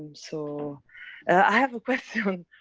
so i have a question,